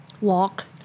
Walk